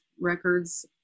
records